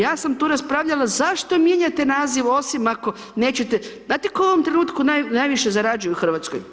Ja sam tu raspravljala zašto mijenjate naziv osim ako nećete, znate tko u ovom trenutku najviše zarađuje u Hrvatskoj?